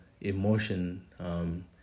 emotion